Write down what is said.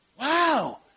Wow